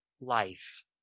life